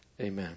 Amen